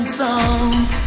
songs